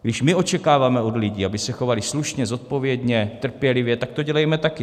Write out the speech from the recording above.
Když my očekáváme od lidí, aby se chovali slušně, zodpovědně, trpělivě, tak to dělejme taky.